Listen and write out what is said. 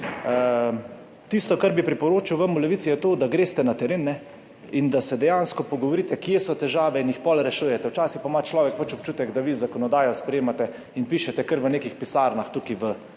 Tisto, kar bi priporočal vam v Levici, je to, da greste na teren in da se dejansko pogovorite, kje so težave in jih potem rešujete. Včasih pa ima človek občutek, da vi zakonodajo sprejemate in pišete kar v nekih pisarnah tukaj v